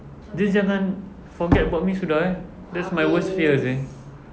dia jangan forget about me sudah eh that's my worst fear seh